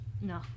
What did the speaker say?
No